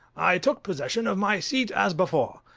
i took possession of my seat as before.